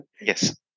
Yes